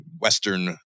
western